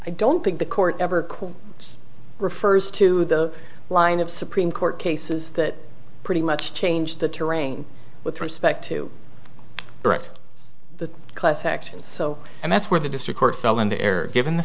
i don't think the court ever quote refers to the line of supreme court cases that pretty much change the terrain with respect to brit the class action so and that's where the district court fell into error given the